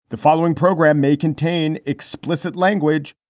the following program may contain explicit language.